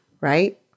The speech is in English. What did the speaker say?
right